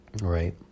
Right